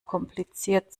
kompliziert